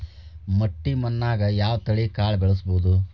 ಮಟ್ಟಿ ಮಣ್ಣಾಗ್, ಯಾವ ತಳಿ ಕಾಳ ಬೆಳ್ಸಬೋದು?